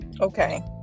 okay